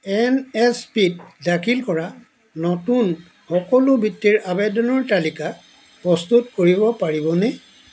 N S P ত দাখিল কৰা নতুন সকলো বৃত্তিৰ আৱেদনৰ তালিকা প্ৰস্তুত কৰিব পাৰিবনে